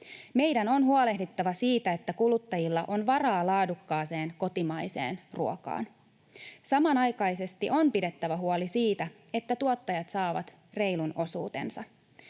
Meidän on huolehdittava siitä, että kuluttajilla on varaa laadukkaaseen kotimaiseen ruokaan. Samanaikaisesti on pidettävä huoli siitä, että tuottajat saavat reilun osuutensa.